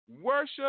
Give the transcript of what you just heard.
Worship